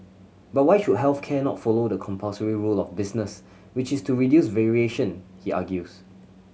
but why should health care not follow the compulsory rule of business which is to reduce variation he argues